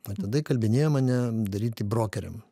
o tada įkalbinėjo mane daryti brokeriam